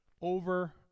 over